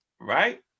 right